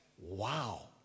wow